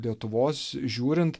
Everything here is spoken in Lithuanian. lietuvos žiūrint